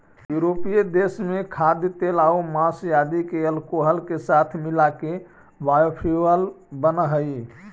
यूरोपीय देश में खाद्यतेलआउ माँस आदि के अल्कोहल के साथ मिलाके बायोफ्यूल बनऽ हई